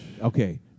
Okay